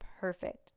perfect